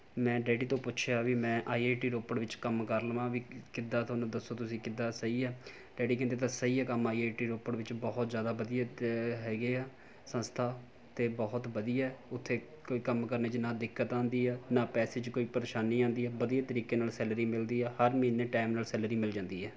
ਮੈਂ ਡੈਡੀ ਤੋਂ ਪੁੱਛਿਆ ਵੀ ਮੈਂ ਆਈ ਆਈ ਟੀ ਰੋਪੜ ਵਿੱਚ ਕੰਮ ਕਰ ਲਵਾਂ ਵੀ ਕਿੱਦਾਂ ਤੁਹਾਨੂੰ ਦੱਸੋ ਤੁਸੀਂ ਕਿੱਦਾਂ ਸਹੀ ਹੈ ਡੈਡੀ ਕਹਿੰਦੇ ਤਾਂ ਸਹੀ ਆ ਕੰਮ ਆਈ ਆਈ ਟੀ ਰੋਪੜ ਵਿੱਚ ਬਹੁਤ ਜ਼ਿਆਦਾ ਵਧੀਆ ਹੈਗੇ ਆ ਸੰਸਥਾ ਅਤੇ ਬਹੁਤ ਵਧੀਆ ਉੱਥੇ ਕੋਈ ਕੰਮ ਕਰਨੇ 'ਚ ਨਾ ਦਿੱਕਤ ਆਉਂਦੀ ਆ ਨਾ ਪੈਸੇ 'ਚ ਕੋਈ ਪਰੇਸ਼ਾਨੀ ਆਉਂਦੀ ਆ ਵਧੀਆ ਤਰੀਕੇ ਨਾਲ ਸੈਲਰੀ ਮਿਲਦੀ ਆ ਹਰ ਮਹੀਨੇ ਟਾਇਮ ਨਾਲ ਸੈਲਰੀ ਮਿਲ ਜਾਂਦੀ ਹੈ